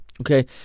okay